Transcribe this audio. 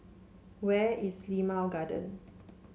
where is Limau Garden